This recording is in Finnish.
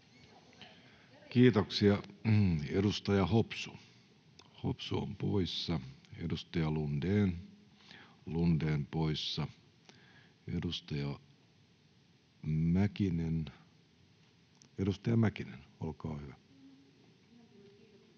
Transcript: Kiitoksia. — Edustaja Hopsu, Hopsu on poissa. Edustaja Lundén, Lundén poissa. — Edustaja Mäkinen, olkaa hyvä.